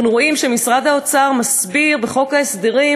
אנחנו רואים שמשרד האוצר מסביר בחוק ההסדרים